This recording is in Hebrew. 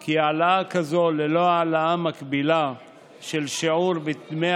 כי העלאה כזאת ללא העלאה מקבילה של שיעור דמי